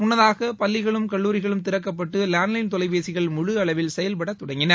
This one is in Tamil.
முன்னதாக பள்ளிகளும் கல்லாரிகளும் திறக்கப்பட்டு லேண்டு லைன் தொலைபேசிகள் முழு அளவில் செயல்பட தொடங்கின